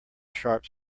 sharp